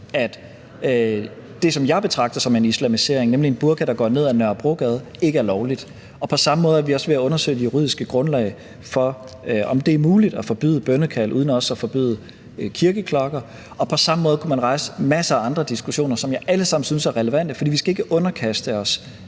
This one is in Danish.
at det, som jeg betragter som en islamisering, nemlig en burka, der går ned ad Nørrebrogade, ikke er lovligt. På samme måde er vi også ved at undersøge det juridiske grundlag for, om det er muligt at forbyde bønnekald uden også at forbyde kirkeklokker, og på samme måde kunne man rejse masser af andre diskussioner, som jeg alle sammen synes er relevante. For vi skal ikke underkaste os